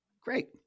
Great